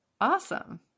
awesome